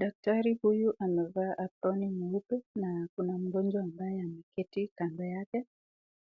Daktari huyu amevaa aproni nyeupe na kuna mgonjwa ambaye ameketi kando yake,